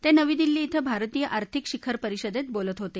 तजिवी दिल्ली इथं भारतीय आर्थिक शिखर परिषदत्तबोलत होत